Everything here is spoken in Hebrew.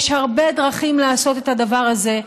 יש הרבה דרכים לעשות את הדבר הזה,